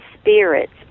spirits